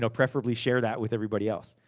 so preferably share that with everybody else.